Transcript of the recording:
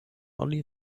only